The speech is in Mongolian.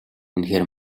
үнэхээр